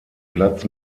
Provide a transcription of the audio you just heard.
platz